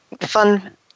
fun